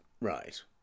Right